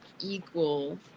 equal